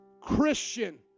Christian